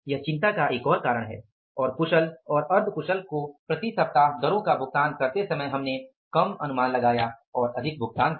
यह चिंता का एक और कारण है और कुशल और अर्ध कुशल को प्रति सप्ताह दरों का भुगतान करते समय हमने कम अनुमान लगाया हमने अधिक भुगतान किया